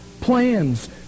plans